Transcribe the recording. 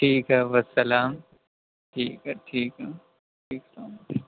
ٹھیک ہے والسلام ٹھیک ہے ٹھیک ہے ٹھیک ہے